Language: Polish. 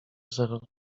zero